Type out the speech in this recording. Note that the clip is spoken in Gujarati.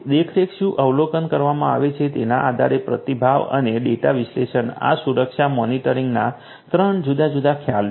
દેખરેખ શું અવલોકન કરવામાં આવે છે તેના આધારે પ્રતિભાવ અને ડેટા વિશ્લેષણ આ સુરક્ષા મોનિટરિંગના 3 જુદા જુદા ખ્યાલ છે